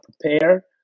prepare